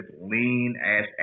lean-ass